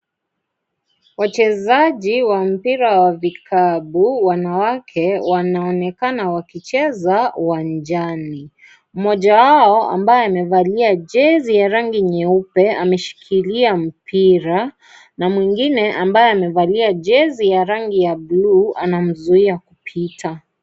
Wachezaji wa mpira wa vikapu wanawake, wanaonekana wakicheza uwanjani. Mmoja wao ambaye amevalia jesi ya rangi nyeupe ameshikilia mpira na mwingine ambaye amevalia jesi ya rangi ya bluu anamzuia kupita.